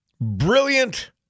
brilliant